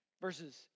Verses